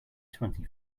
twenty